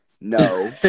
no